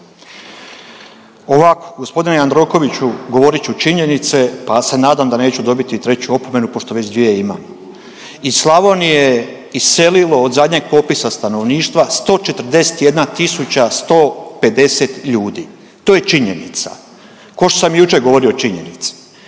Ovako, gospodine Jandrokoviću govorit ću činjenice pa se nadam da neću dobiti treću opomenu pošto već dvije imam. Iz Slavonije je iselilo od zadnjeg popisa stanovništva 141 tisuća 150 ljudi. To je činjenica, ko što sam jučer govorio činjenice.